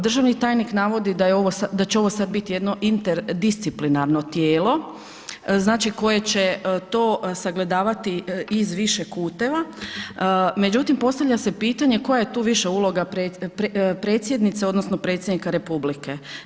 Državni tajnik navodi da će ovo bit sad jedno interdisciplinarno tijelo znači koje će to sagledavati iz više kuteva međutim postavlja se pitanje koja je tu više uloga Predsjednice odnosno Predsjednika Republike.